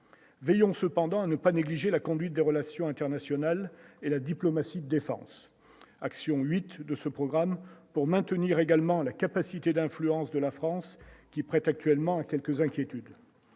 Veillons cependant à ne pas négliger la conduite des relations internationales et la diplomatie défense action 8 de ce programme pour maintenir également la capacité d'influence de la France qui prête actuellement quelques inquiétudes,